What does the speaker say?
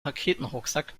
raketenrucksack